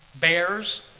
bears